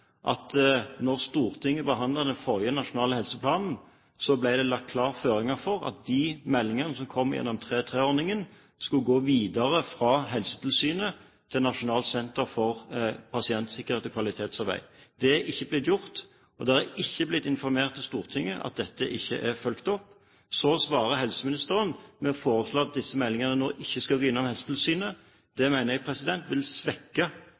Stortinget behandlet den forrige nasjonale helseplanen, ble det lagt klare føringer for at de meldingene som kom gjennom § 3-3-ordningen, skulle gå videre fra Helsetilsynet til Nasjonal enhet for pasientsikkerhet og kvalitetsarbeid. Det er ikke blitt gjort, og Stortinget er ikke blitt informert om at dette ikke er fulgt opp. Så svarer helseministeren med å foreslå at disse meldingene nå ikke skal gå innom Helsetilsynet. Det mener jeg vil svekke